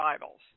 Bibles